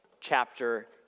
chapter